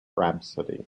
rhapsody